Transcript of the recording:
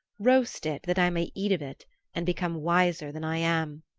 roast it that i may eat of it and become wiser than i am.